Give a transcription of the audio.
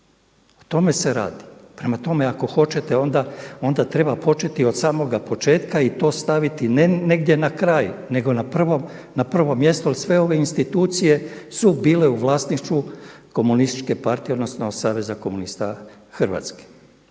o tome se radi. Prema tome, ako hoćete onda treba početi od samoga početka i to staviti ne negdje na kraj, nego na prvo mjesto jer sve ove institucije su bile u vlasništvu Komunističke partije, odnosno Saveza komunista Hrvatske.